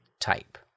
type